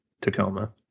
Tacoma